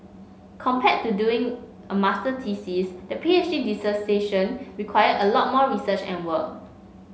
compared to doing a masters thesis the P H D dissertation required a lot more research and work